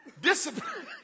Discipline